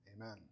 Amen